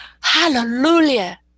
hallelujah